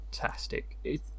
Fantastic